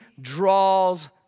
draws